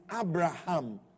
Abraham